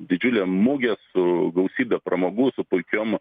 didžiulė mugė su gausybe pramogų su puikiom